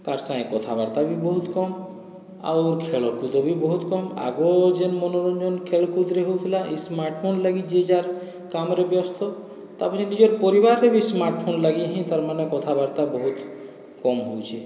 କାହାର ସାଙ୍ଗେ କଥାବାର୍ତ୍ତାବି ବହୁତ କମ୍ ଆଉର୍ ଖେଲ କୁଦବି ବହୁତ କମ୍ ଆଗରୁ ଯେନ୍ ମନୋରଞ୍ଜନ ଖେଳ କୁଦରେ ହେଉଥିଲା ଇ ସ୍ମାର୍ଟଫୋନ ଲାଗି ଯିଏ ଯାହାର କାମରେ ବ୍ୟସ୍ତ ତାପଛେ ନିଜ ପରିବାରରେ ଟା ବି ସ୍ମାର୍ଟଫୋନ ଲାଗି ହିଁ ତାର ମାନେ କଥାବାର୍ତ୍ତା ବହୁତ କମ୍ ହେଉଛେ